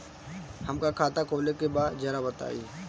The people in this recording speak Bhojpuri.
हमका खाता खोले के बा जरा बताई?